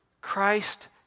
Christ